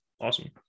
awesome